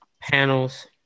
panels